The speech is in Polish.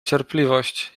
cierpliwość